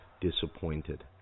disappointed